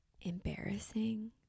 embarrassing